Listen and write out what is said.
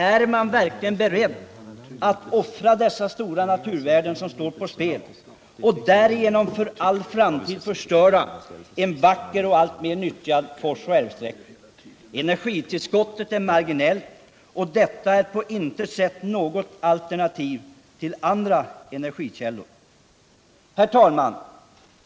Är man verkligen beredd att offra dessa stora naturvärden som står på spel och därigenom för all framtid förstöra en vacker och alltmer nyttjad forsoch älvsträcka? Energitillskottet är marginellt, och detta är på intet sätt något alternativ till andra energikällor. Nr 52 Herr talman!